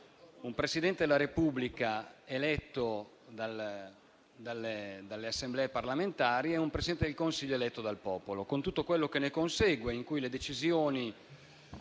un Presidente della Repubblica eletto dalle Assemblee parlamentari e un Presidente del Consiglio eletto dal popolo, con tutto quello che ne consegue: le decisioni